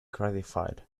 gratified